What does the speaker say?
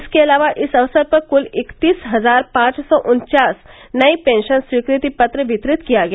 इसके अलावा इस अवसर पर क्ल इक्कतीस हजार पांच सौ उन्वास नई पेंशन स्वीकृत पत्र वितरित किया गया